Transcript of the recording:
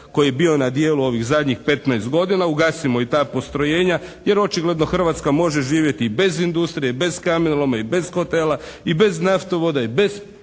koji je bio na djelu ovih zadnjih 15 godina, ugasimo i ta postrojenja jer očigledno Hrvatska može živjeti i bez industrije, i bez kamenoloma, i bez hotela, i bez naftovoda, i bez